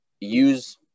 use